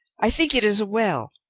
i think it is a well.